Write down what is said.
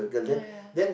ah yeah